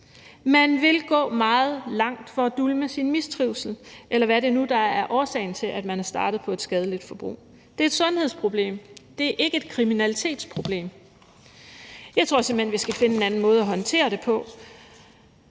Man vil gå meget langt for at dulme sin mistrivsel, eller hvad det nu er, der er årsagen til, at man er startet på et skadeligt forbrug, og det er et sundhedsproblem; det er ikke et kriminalitetsproblem. Jeg tror simpelt hen, vi skal finde en anden måde at håndtere det på,